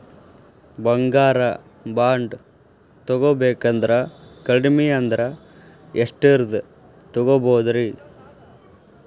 ಬಂಗಾರ ಬಾಂಡ್ ತೊಗೋಬೇಕಂದ್ರ ಕಡಮಿ ಅಂದ್ರ ಎಷ್ಟರದ್ ತೊಗೊಬೋದ್ರಿ?